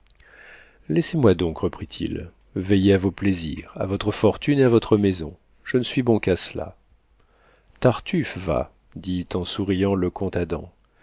laissez-moi donc reprit-il veiller à vos plaisirs à votre fortune et à votre maison je ne suis bon qu'à cela tartufe va dit en souriant le comte